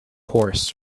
horse